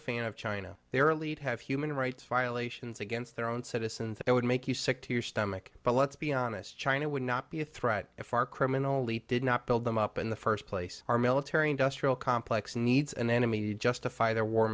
fan of china they are lead have human rights violations against their own citizens that would make you sick to your stomach but let's be honest china would not be a threat if our criminally did not build them up in the first place our military industrial complex needs an enemy to justify their war